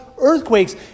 Earthquakes